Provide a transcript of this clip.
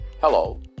Hello